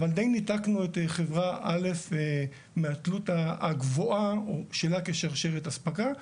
אבל די ניתקנו את חברה א' מהתלות הגבוהה שלה כשרשרת אספקה,